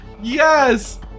Yes